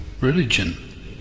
religion